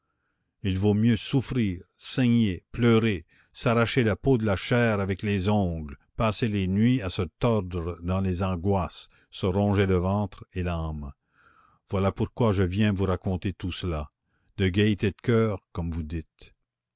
il vaut mieux souffrir saigner pleurer s'arracher la peau de la chair avec les ongles passer les nuits à se tordre dans les angoisses se ronger le ventre et l'âme voilà pourquoi je viens vous raconter tout cela de gaîté de coeur comme vous dites